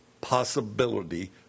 possibility